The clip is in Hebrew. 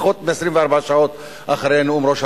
פחות מ-24 שעות אחרי נאום ראש הממשלה,